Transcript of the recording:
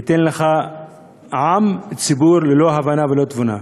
ואתן לך עם, ציבור, ללא הבנה וללא תבונה.